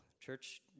Church